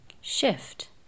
shift